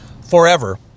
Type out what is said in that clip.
forever